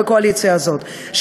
בקואליציה הזאת,